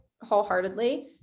wholeheartedly